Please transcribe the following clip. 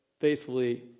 faithfully